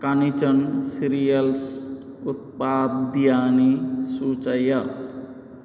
कानिचन सिरियल्स् उत्पाद्यानि सूचय